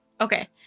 Okay